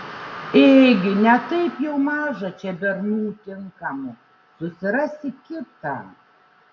ėgi ne taip jau maža čia bernų tinkamų susirasi kitą